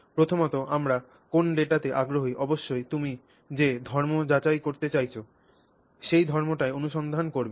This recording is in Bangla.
প্রথমত আমরা কোন ডেটাতে আগ্রহী অবশ্যই তুমি যে ধর্ম যাচাই করতে চাইছ সেই ধর্মটিই অনুসন্ধান করবে